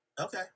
Okay